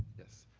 yes,